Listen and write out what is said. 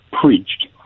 preached